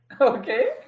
Okay